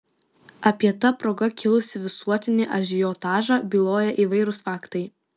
apie ta proga kilusį visuotinį ažiotažą byloja įvairūs faktai